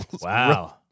Wow